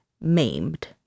maimed